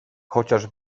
chociaż